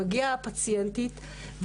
מגיעה הפציינטית,